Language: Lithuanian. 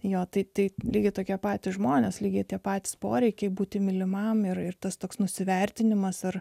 jo tai tai lygiai tokie patys žmonės lygiai tie patys poreikiai būti mylimam ir tas toks nusivertinimas ar